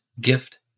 gift